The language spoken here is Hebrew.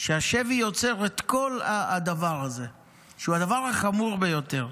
השבי יוצר את כל הדבר הזה, שהוא הדבר החמור ביותר.